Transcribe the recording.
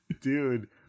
dude